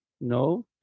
No